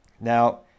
Now